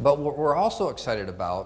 but we're also excited about